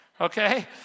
Okay